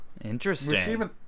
Interesting